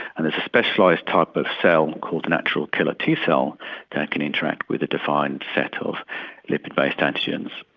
and a specialised type of cell called natural killer t-cell that can interact with a defined set of lipid-based antigens.